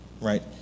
right